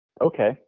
Okay